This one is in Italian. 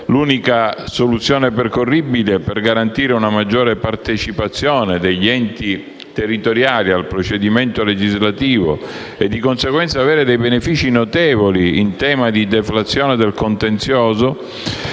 l'unica soluzione percorribile per garantire una maggiore partecipazione degli enti territoriali al procedimento legislativo e, di conseguenza, avere benefici notevoli in tema di deflazione del contenzioso